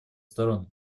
сторон